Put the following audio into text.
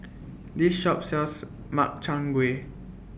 This Shop sells Makchang Gui